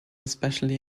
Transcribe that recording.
especially